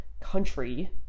country